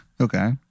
Okay